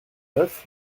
neuf